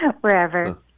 wherever